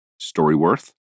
Storyworth